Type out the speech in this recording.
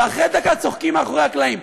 ואחרי דקה צוחקים מאחורי הקלעים.